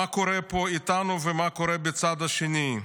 מה קורה פה ומה קורה בצד השני.